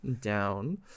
down